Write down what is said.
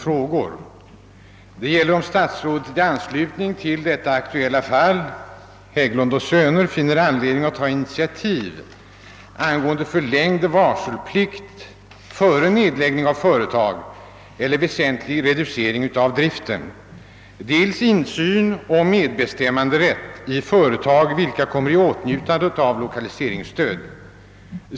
Jag har frågat, om statsrådet i anslutning till det aktuella fallet Hägglund & Söner finner anledning att ta några initiativ avseende framläggandet av förslag dels angående förlängd varselplikt före nedläggning av företag eller väsentlig reducering av driften, dels insyn och medbestämmanderätt i företag vilka kommer i åtnjutande av lokaliseringsstöd.